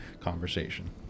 conversation